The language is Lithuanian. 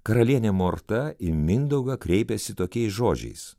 karalienė morta į mindaugą kreipiasi tokiais žodžiais